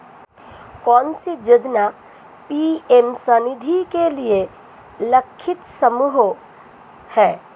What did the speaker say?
कौन सी योजना पी.एम स्वानिधि के लिए लक्षित समूह है?